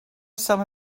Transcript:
some